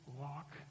walk